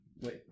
Wait